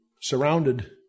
surrounded